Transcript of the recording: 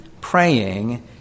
praying